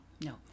No